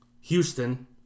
Houston